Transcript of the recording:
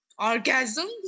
Orgasm